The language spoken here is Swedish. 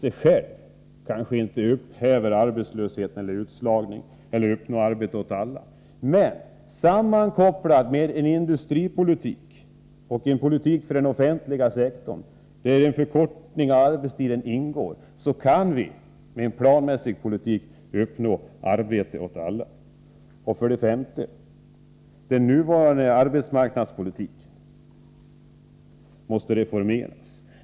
I sig kanske den inte upphäver arbetslöshet eller utslagning eller skapar arbete åt alla, men med en planmässig industripolitik och politik för den offentliga sektorn där en förkortning av arbetstiden ingår kan vi uppnå arbete åt alla. För det femte: Den nuvarande arbetsmarknadspolitiken måste reformeras.